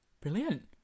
Brilliant